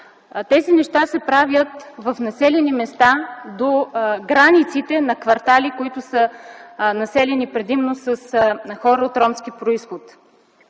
Тези неща се правят в населени места до границите на квартали, които са населени предимно с хора от ромски произход.